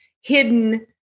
hidden